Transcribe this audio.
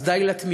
אז, די לתמימות.